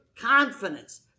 confidence